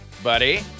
buddy